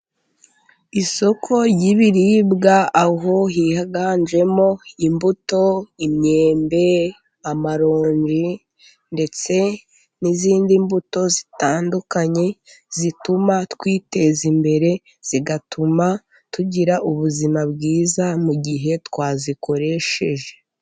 Isoko ry'ibiribwa, aho higanjemo imbuto, imyembe, amaronji ndetse n'izindi mbuto zitandukanye zituma twiteza imbere, zigatuma tugira ubuzima bwiza mu gihe twazikoresheje.